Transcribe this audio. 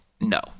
No